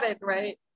right